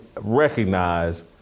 recognize